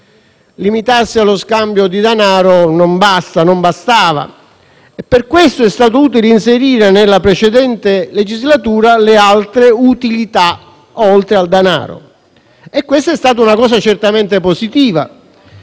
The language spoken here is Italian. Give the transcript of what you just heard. Limitarsi allo scambio di denaro non bastava, e per questo è stato utile inserire, nella precedente legislatura, le altre utilità oltre al denaro, e questa è stata una cosa certamente positiva.